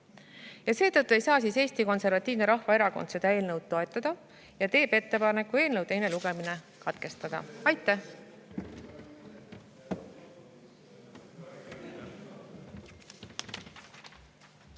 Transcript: Ja seetõttu ei saa Eesti Konservatiivne Rahvaerakond seda eelnõu toetada ning teeb ettepaneku eelnõu teine lugemine katkestada. Mis